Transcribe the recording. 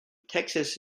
texas